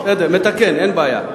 בסדר, אני מתקן, אין בעיה.